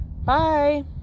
Bye